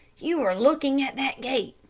you are looking at that gate.